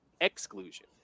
exclusion